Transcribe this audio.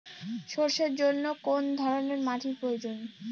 সরষের জন্য কোন ধরনের মাটির প্রয়োজন?